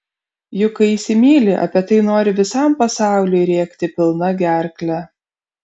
juk kai įsimyli apie tai nori visam pasauliui rėkti pilna gerkle